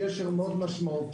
גשר מאוד משמעותי.